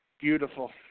Beautiful